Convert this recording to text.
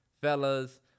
fellas